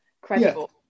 credible